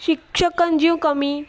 शिक्षकनि जूं कमी